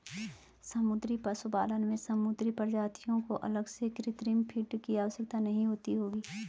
समुद्री पशुपालन में समुद्री प्रजातियों को अलग से कृत्रिम फ़ीड की आवश्यकता नहीं होती